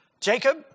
Jacob